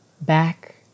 back